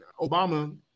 Obama